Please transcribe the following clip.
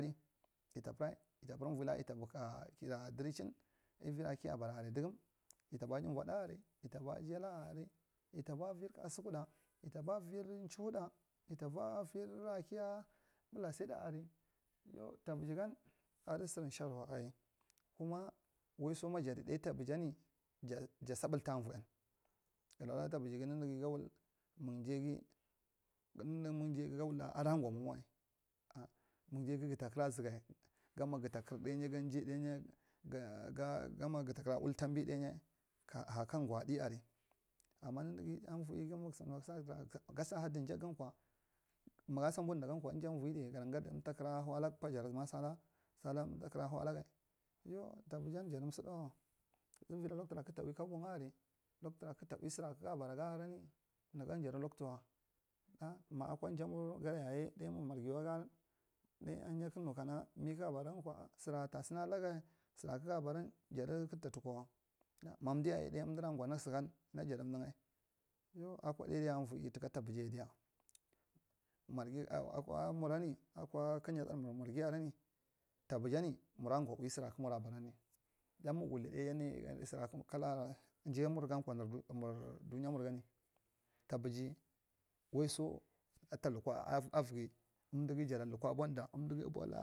Ita purai ita purei uvoila ita duruchin avira kiya bara aria dugum ita bui aji vuɗara ita bui afi yala, a aria yita bui aroi kasukuɗa, yita buy vi chihoeɗa yita bui vira ki ɓula sarida aria tabiji gan adi ser shamwai kuma waisoma jadi ɗa tavan ja sable ta avoeian gawula tabige ninige mung jaise, gau ɗa adagwa mwa mawai mung jaige gada kara zuge gan ma getakdr jadainy gama gaɗa kara wul tambi ɗainy ka hakan gwa ɗai aria ama nunuge avo eige gaɗa hadi jakgankwa mugd sa buddagankwa ngjai umtaka hawalage pajar salari sala umta kara umta kdr havlage avira kakta tura kakta ui kabon aria sera kaga baraga araini nugan jadu lockowa akwa jamurgan yayi ɗai mur margiwa ɗai ahinyi kdk nukana mi kaga baraga kwa sura tuseena lage jadu kdk ta tukwawa ma umdiyaya amdira a gwa naksugan dadu amdigga yay akwa ɗai dayi avoei tuka taɓuiya diya marghi akwa muram akwa kanyiɗamurnan mur marghi araini tabijan marg gwa ui sir aka mira bara biy mung wulni ɗainy sura kalkal arain jai mugakwa mar mur dunya murgani tabyi waiso ta lukwa avige umdige ta tokwa bunda umdi bula.